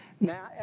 Now